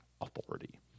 authority